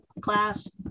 class